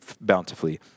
bountifully